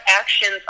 actions